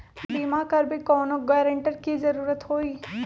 बिमा करबी कैउनो गारंटर की जरूरत होई?